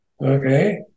Okay